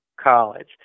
college